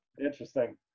interesting